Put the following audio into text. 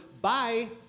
Bye